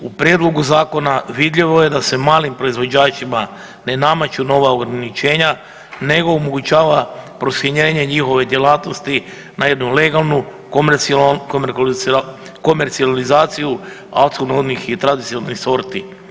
U prijedlogu zakona vidljivo je da se malim proizvođačima ne nameću nova ograničenja, nego omogućava proširenje njihove djelatnosti na jednu legalnu komercijalizaciju autohtonih i tradicionalnih sorti.